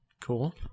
Cool